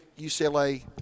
UCLA